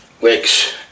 Wicks